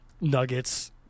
Nuggets